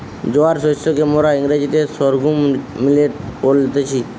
জোয়ার শস্যকে মোরা ইংরেজিতে সর্ঘুম মিলেট বলতেছি